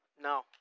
no